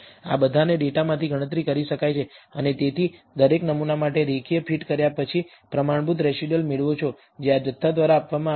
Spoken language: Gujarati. આ બધાને ડેટામાંથી ગણતરી કરી શકાય છે અને તેથી તમે દરેક નમૂના માટે રેખીય ફિટ કર્યા પછી પ્રમાણભૂત રેસિડયુઅલ મેળવો છો જે આ જથ્થા દ્વારા આપવામાં આવે છે